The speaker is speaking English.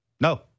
No